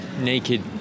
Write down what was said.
naked